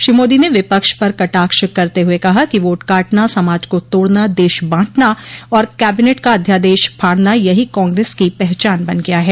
श्री मोदी ने विपक्ष पर कटाक्ष करते हुए कहा कि वोट काटना समाज को तोड़ना देश बांटना और कैबिनेट का अध्यादेश फाड़ना यही कांग्रेस की पहचान बन गया है